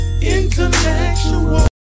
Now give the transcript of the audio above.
International